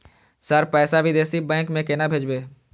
Sir पैसा विदेशी bank में केना भेजबे?